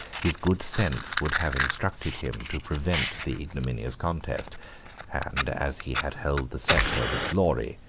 his good sense would have instructed him to prevent the ignominious contest and as he had held the sceptre with glory,